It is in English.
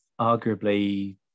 arguably